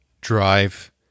drive